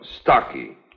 stocky